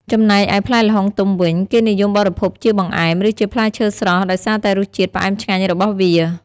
ចំណែកឯផ្លែល្ហុងទុំវិញ គេនិយមបរិភោគជាបង្អែម ឬជាផ្លែឈើស្រស់ដោយសារតែរសជាតិផ្អែមឆ្ងាញ់របស់វា។